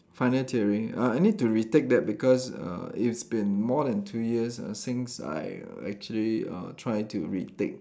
final theory uh I need to retake that because uh it's been more than two years ah since I actually err try to retake